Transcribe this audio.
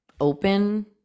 open